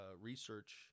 research